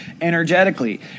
energetically